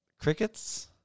Crickets